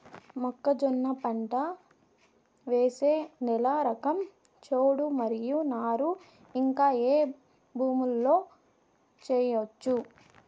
మొక్కజొన్న పంట వేసే నేల రకం చౌడు మరియు నారు ఇంకా ఏ భూముల్లో చేయొచ్చు?